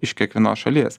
iš kiekvienos šalies